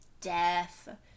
death